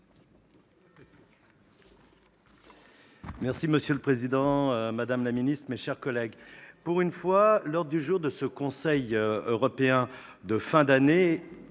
Marche. Monsieur le président, madame la ministre, mes chers collègues, pour une fois, l'ordre du jour du Conseil européen de fin d'année